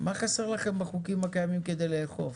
מה חסר לכם בחוקים הקיימים כדי לאכוף?